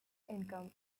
income